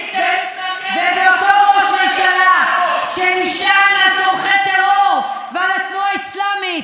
ובאותו ראש ממשלה שנשענים על תומכי טרור ועל התנועה האסלמית.